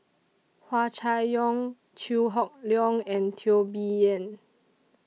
Hua Chai Yong Chew Hock Leong and Teo Bee Yen